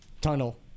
Tunnel